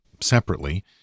separately